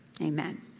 Amen